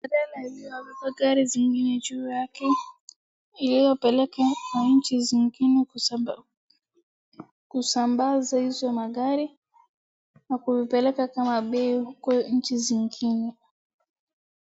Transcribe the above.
Gari zingine juu yake lliyopeleka kwa nchi zingine kusambaza hizo magari na kuipeleka kama bei kwa nchi zingine.